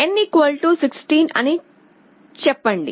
N 16 అని చెప్పండి